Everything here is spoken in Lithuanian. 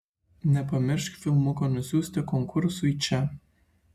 nepamiršk filmuko nusiųsti konkursui čia